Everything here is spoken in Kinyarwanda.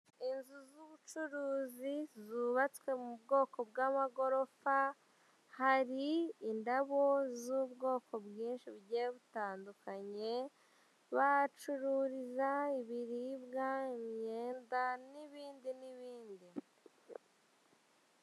Inzu z'ubucuruzi zubatswe mu bwoko bw'amagorofa, hari indabo z'ubwoko bwinshi bugiye butandukanye bacururiza ibiribwa, imyenda n'ibindi n'ibindi.